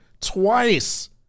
twice